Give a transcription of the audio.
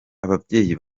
ababyeyi